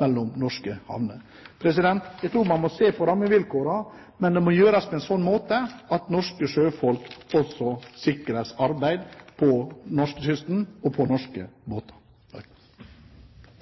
mellom norske havner. Jeg tror man må se på rammevilkårene, men det må gjøres på en slik måte at norske sjøfolk også sikres arbeid langs norskekysten og på norske båter.